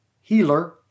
healer